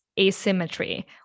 asymmetry